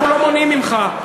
אנחנו לא מונעים ממך.